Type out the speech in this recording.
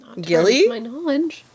Gilly